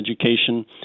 education